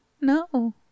no